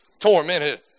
tormented